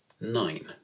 Nine